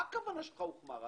מה הכוונה שלך שהוא הוחמר?